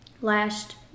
last